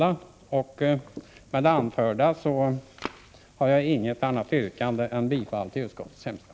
Jag har därmed inte något annat yrkande än om bifall till utskottets hemställan.